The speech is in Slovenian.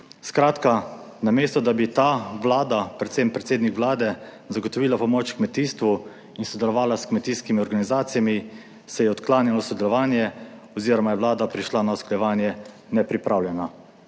Skratka, namesto, da bi ta Vlada, predvsem predsednik Vlade zagotovila pomoč kmetijstvu in sodelovala s kmetijskimi organizacijami, se je odklanjalo sodelovanje oz. je Vlada prišla na usklajevanje nepripravljena,